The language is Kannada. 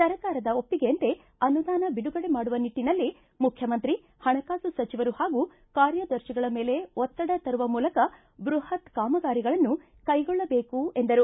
ಸರ್ಕಾರ ನೀಡಿರುವ ಒಪ್ಪಿಗೆಯಂತೆ ಅನುದಾನ ಬಿಡುಗಡೆ ಮಾಡುವ ನಿಟ್ಟನಲ್ಲಿ ಮುಖ್ಯಮಂತ್ರಿ ಹಣಕಾಸು ಸಚಿವರು ಹಾಗೂ ಕಾರ್ಯದರ್ಶಿಗಳ ಮೇಲೆ ಒತ್ತಡ ತರುವ ಮೂಲಕ ಬೃಹತ್ ಕಾಮಗಾರಿಗಳನ್ನು ಕೈಗೊಳ್ಳಬೇಕು ಎಂದರು